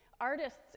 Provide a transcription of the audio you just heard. artists